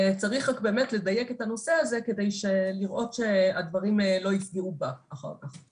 צריך רק באמת לדייק את הנושא הזה כדי לראות שהדברים לא יפגעו בה אחר כך.